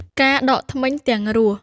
ការដកធ្មេញទាំងរស់។